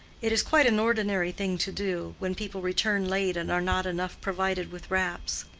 it is quite an ordinary thing to do, when people return late and are not enough provided with wraps.